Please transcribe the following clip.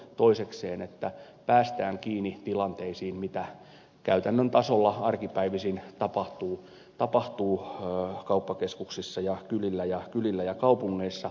toisekseen on tarpeen että päästään kiinni tilanteisiin mitä käytännön tasolla arkipäivisin tapahtuu kauppakeskuksissa ja kylillä ja kaupungeissa